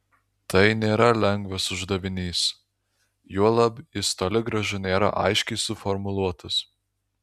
tai nėra lengvas uždavinys juolab jis toli gražu nėra aiškiai suformuluotas